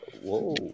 whoa